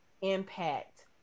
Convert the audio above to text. impact